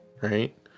right